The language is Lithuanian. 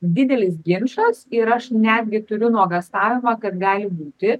didelis ginčas ir aš netgi turiu nuogąstavimą kad gali būti